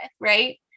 right